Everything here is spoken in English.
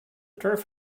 turf